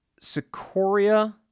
Secoria